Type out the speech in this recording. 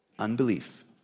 Unbelief